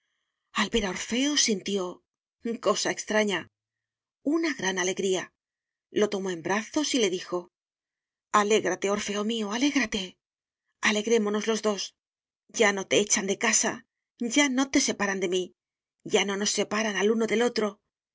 al ver a orfeo sintió cosa extraña una gran alegría lo tomó en brazos y le dijo alégrate orfeo mío alégrate alegrémonos los dos ya no te echan de casa ya no te separan de mí ya no nos separan al uno del otro